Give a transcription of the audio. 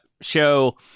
show